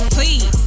Please